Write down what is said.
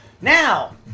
Now